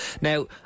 Now